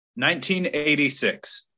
1986